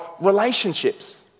relationships